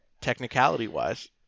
technicality-wise